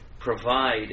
provide